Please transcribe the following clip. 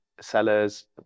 sellers